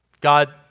God